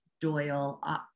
Doyle